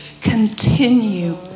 continue